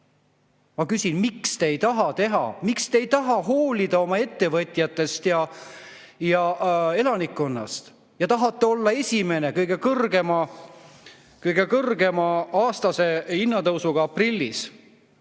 Ma küsin, miks te ei taha seda teha. Miks te ei taha hoolida oma ettevõtjatest ja elanikkonnast ja tahate olla esimene, kõige kõrgema aastase hinnatõusuga [riik]